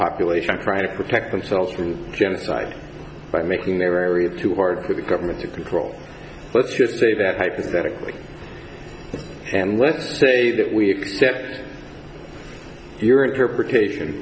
population trying to protect themselves from genocide by making their area too hard for the government to control let's just say that hypothetically and let's say that we accept your interpretation